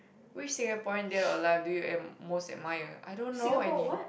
which Singaporean dead or alive do you most admire I don't know any